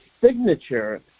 signature